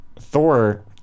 Thor